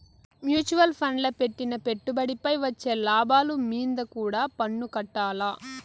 mutual ఫండ్ల పెట్టిన పెట్టుబడిపై వచ్చే లాభాలు మీంద కూడా పన్నుకట్టాల్ల